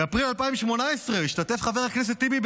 באפריל 2018 השתתף חבר הכנסת טיבי,